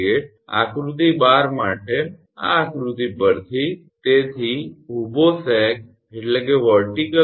078 આકૃતિ 12 માટે આ આકૃતિ પરથી તેથી ઊભો સેગ 1